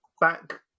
back